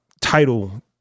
title